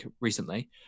recently